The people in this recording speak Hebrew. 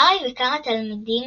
הארי וכמה תלמידים